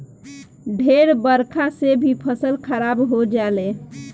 ढेर बरखा से भी फसल खराब हो जाले